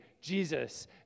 Jesus